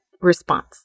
response